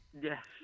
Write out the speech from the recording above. Yes